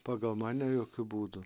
pagal mane jokiu būdu